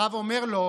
הרב אמר לו: